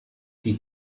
die